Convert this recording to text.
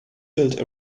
built